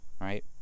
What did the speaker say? right